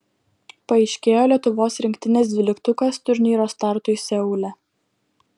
paaiškėjo lietuvos rinktinės dvyliktukas turnyro startui seule